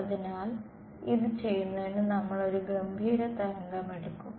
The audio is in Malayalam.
അതിനാൽ ഇത് ചെയ്യുന്നതിന് നമ്മൾ ഒരു ഗംഭീര തരംഗം എടുക്കും